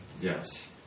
Yes